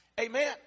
Amen